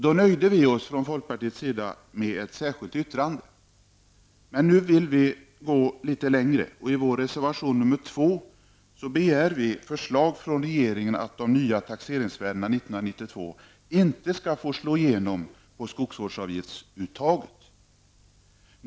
Då nöjde vi oss från folkpartiets sida med ett särskilt yttrande, men nu vill vi gå litet längre. I vår reservation 2 begär vi förslag från regeringen att de nya taxeringsvärdena 1992 inte skall få slå igenom på skogsvårdsavgiftsuttaget.